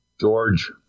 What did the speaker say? george